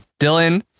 Dylan